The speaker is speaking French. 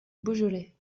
beaujolais